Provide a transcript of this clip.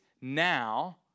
now